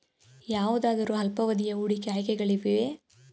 ಯಾವುದಾದರು ಅಲ್ಪಾವಧಿಯ ಹೂಡಿಕೆ ಆಯ್ಕೆಗಳಿವೆಯೇ?